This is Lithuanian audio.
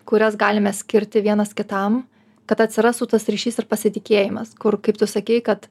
kurias galime skirti vienas kitam kad atsirastų tas ryšys ir pasitikėjimas kur kaip tu sakei kad